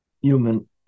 human